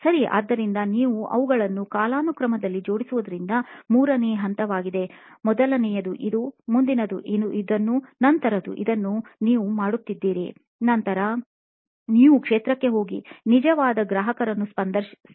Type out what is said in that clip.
ಸರಿ ಆದ್ದರಿಂದ ನೀವು ಅವುಗಳನ್ನು ಕಾಲಾನುಕ್ರಮದಲ್ಲಿ ಜೋಡಿಸುತ್ತಿರುವ ಮೂರನೇ ಹಂತವಾಗಿದೆ ಮೊದಲನೆಯದು ಇದು ಮುಂದಿನದು ಇದನ್ನು ನಂತರ ಇದನ್ನುನೀವು ಮಾಡುತ್ತಿದ್ದೀರಿ ನಂತರ ನೀವು ಕ್ಷೇತ್ರಕ್ಕೆ ಹೋಗಿ ನಿಜವಾದ ಗ್ರಾಹಕರನ್ನು ಸಂದರ್ಶಿಸಿ